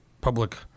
public